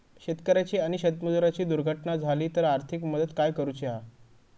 शेतकऱ्याची आणि शेतमजुराची दुर्घटना झाली तर आर्थिक मदत काय करूची हा?